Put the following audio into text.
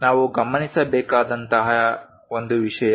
ನಾವು ಗಮನಿಸಬೇಕಾದಂತಹ ಒಂದು ವಿಷಯ